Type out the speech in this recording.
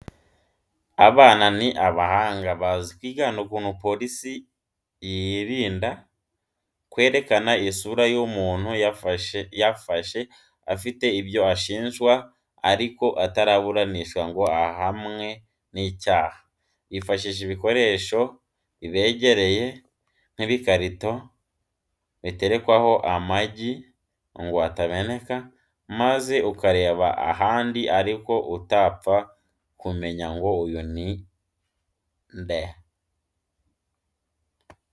Abana ni abahanga, bazi kwigana ukuntu polisi yirinda kwerekana isura y'umuntu yafashe afite ibyo ashinjwa ariko ataraburanishwa ngo ahamwe n'icyaha; bifashisha ibikoresho bibegereye nk'ibikarito biterekwaho amagi ngo atameneka, maze ukareba ahandi ariko utapfa kumenya ngo uyu ni inde.